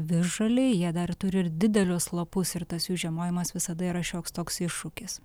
visžaliai jie dar turi ir didelius lapus ir tas jų žiemojimas visada yra šioks toks iššūkis